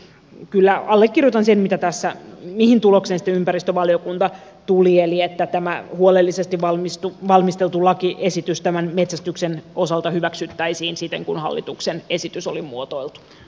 siksi kyllä allekirjoitan sen mihin tulokseen sitten ympäristövaliokunta tuli eli että tämä huolellisesti valmisteltu lakiesitys tämän metsästyksen osalta hyväksyttäisiin siten kuin hallituksen esitys oli muotoiltu